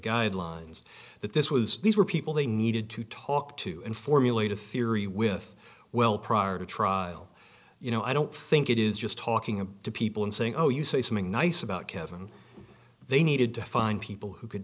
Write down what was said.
guidelines that this was these were people they needed to talk to and formulate a theory with well prior to trial you know i don't think it is just talking about people and saying oh you say something nice about kev and they needed to find people who c